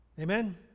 Amen